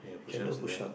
I do push ups and then